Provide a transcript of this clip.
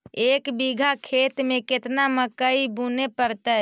एक बिघा खेत में केतना मकई बुने पड़तै?